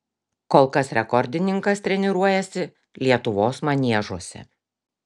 kol kas rekordininkas treniruojasi lietuvos maniežuose